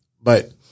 But-